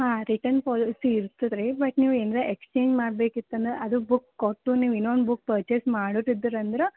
ಹಾಂ return policy ಇರ್ತದೆ ರೀ ಬಟ್ ನೀವು ಏನರ ಎಕ್ಸ್ಚೇಂಜ್ ಮಾಡಬೇಕಿತನ್ನ ಅದು ಬುಕ್ ಕೊಟ್ಟು ನೀವು ಇನ್ನೊಂದು ಬುಕ್ ಪರ್ಚೆಸ್ ಮಾಡುದಿದ್ದರಂದ್ರೆ